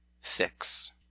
six